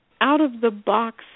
out-of-the-box